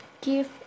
give